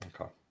Okay